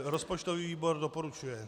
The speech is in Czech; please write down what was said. Rozpočtový výbor doporučuje.